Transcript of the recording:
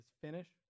finish